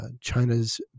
China's